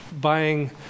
buying